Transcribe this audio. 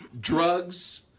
Drugs